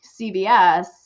CBS